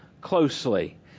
closely